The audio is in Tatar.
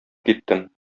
киттем